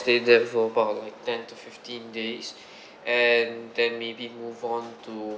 stay there for about like ten to fifteen days and then maybe move on to